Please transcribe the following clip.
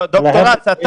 ד"ר האס,